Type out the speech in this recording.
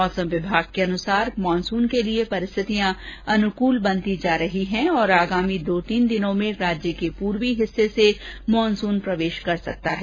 मौसम विभाग के अनुसार मानसून के लिए परिस्थितियां अनुकूल बनती जा रही है और आगामी दो तीन दिनों में राज्य के पूर्वी हिस्से से मानसून प्रवेश कर सकता है